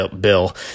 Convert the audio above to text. bill